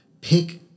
pick